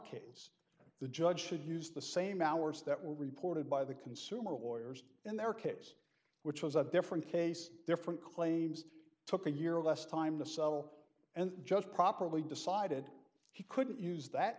kids the judge should use the same hours that were reported by the consumer warriors in their case which was a different case different claims took a year less time to settle and just properly decided he couldn't use that